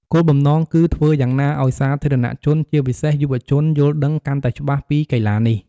គោលបំណងគឺធ្វើយ៉ាងណាឲ្យសាធារណជន ជាពិសេសយុវជន យល់ដឹងកាន់តែច្បាស់ពីកីឡានេះ។